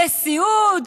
לסיעוד,